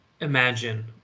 imagine